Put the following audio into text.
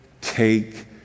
take